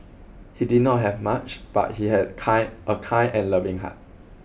he did not have much but he had kind a kind and loving heart